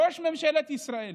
ראש ממשלת ישראל